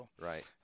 Right